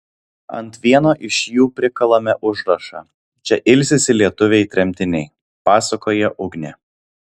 ant vieno iš jų prikalame užrašą čia ilsisi lietuviai tremtiniai pasakoja ugnė